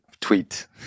tweet